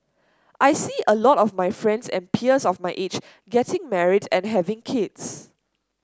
I see a lot of my friends and peers of my age getting married and having kids